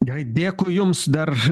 gerai dėkui jums dar